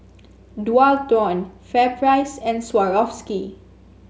Dualtron FairPrice and Swarovski